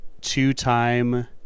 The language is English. two-time